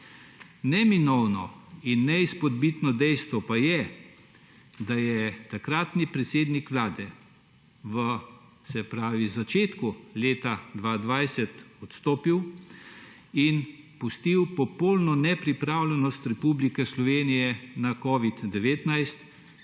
Neizbežno in neizpodbitno dejstvo pa je, da je takratni predsednik Vlade v začetku leta 2020 odstopil, pustil za sabo popolno nepripravljenost Republike Slovenije na covid-19